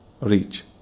reach